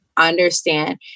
understand